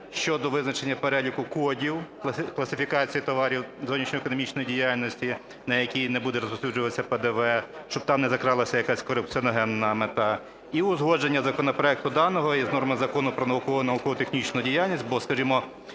щодо визначення переліку кодів класифікації товарів зовнішньоекономічної діяльності, на які не буде розповсюджуватися ПДВ, щоб там не закралася якась корупціогенна мета. І узгодження законопроекту даного із нормами Закону "Про науку і науково-технічну діяльність", бо, скажімо,